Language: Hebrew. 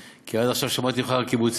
כי עד עכשיו שמתי ממך רק "קיבוצים",